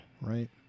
Right